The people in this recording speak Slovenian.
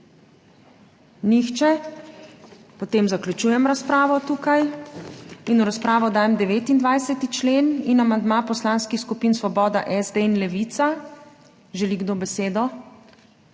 (Ne.) Potem zaključujem razpravo tukaj. In v razpravo dajem 29. člen ter amandma poslanskih skupin Svoboda, SD in Levica. Želi kdo